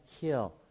kill